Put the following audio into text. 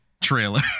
trailer